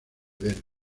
verde